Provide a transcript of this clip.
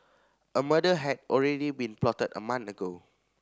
a murder had already been plotted a month ago